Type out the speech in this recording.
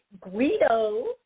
Guido